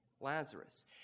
Lazarus